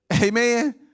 Amen